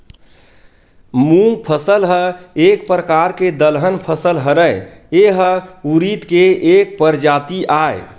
मूंग फसल ह एक परकार के दलहन फसल हरय, ए ह उरिद के एक परजाति आय